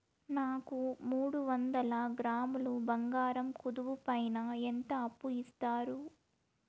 నాకు మూడు వందల గ్రాములు బంగారం కుదువు పైన ఎంత అప్పు ఇస్తారు?